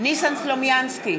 ניסן סלומינסקי,